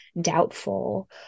doubtful